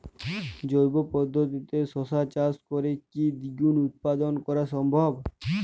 জৈব পদ্ধতিতে শশা চাষ করে কি দ্বিগুণ উৎপাদন করা সম্ভব?